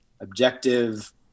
objective